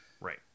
Right